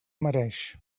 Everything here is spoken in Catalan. mereix